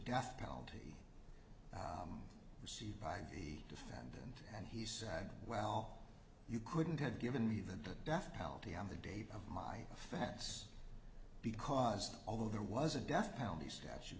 death penalty received by the defend and he said well you couldn't have given me the death penalty on the date of my offense because although there was a death penalty statu